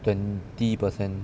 twenty per cent